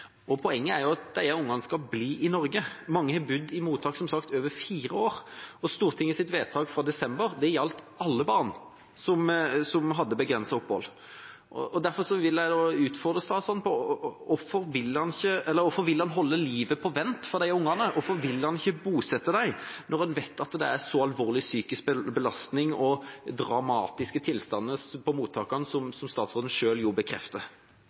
Poenget er jo at disse ungene skal bli i Norge. Mange har bodd i mottak, som sagt, i over fire år, og Stortingets vedtak for desember gjaldt alle unger som hadde begrenset opphold. Derfor vil jeg utfordre statsråden på: Hvorfor vil han holde livet på vent for de ungene? Hvorfor vil han ikke bosette dem når han vet at det er en så alvorlig psykisk belastning og dramatiske tilstander på mottakene, som statsråden selv bekrefter?